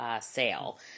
sale